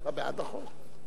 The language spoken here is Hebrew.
אתה בעד החוק?